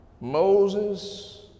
Moses